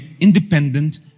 independent